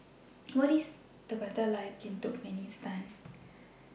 What IS The weather like in Turkmenistan